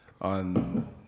on